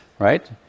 Right